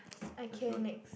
okay next